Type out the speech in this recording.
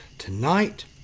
Tonight